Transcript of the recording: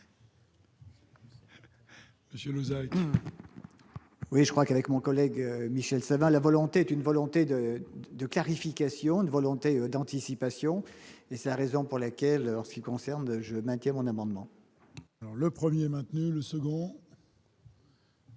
J'ai nous. Oui, je crois qu'avec mon collègue Michel Sapin la volonté d'une volonté de de clarification, une volonté d'anticipation et c'est la raison pour laquelle ce qui concerne je maintiens mon amendement. Alors, le 1er maintenu le second.